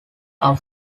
are